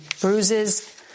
bruises